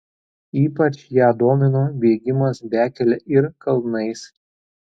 ypač ją domino bėgimas bekele ir kalnais